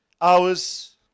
hours